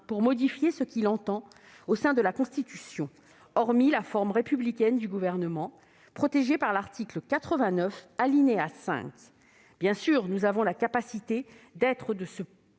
pour modifier ce qu'il entend au sein la Constitution, hormis la forme républicaine du Gouvernement, protégée par l'article 89, alinéa 5. Bien sûr, nous avons la capacité de nous